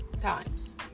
times